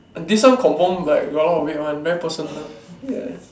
this one confirm very like got a lot weird one very personal yes